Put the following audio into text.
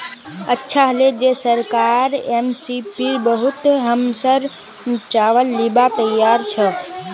अच्छा हले जे सरकार एम.एस.पीर बितु हमसर चावल लीबार तैयार छ